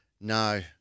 No